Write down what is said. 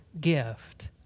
gift